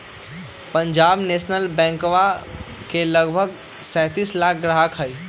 Punjab national बैंकवा के लगभग सैंतीस लाख ग्राहक हई